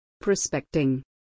Prospecting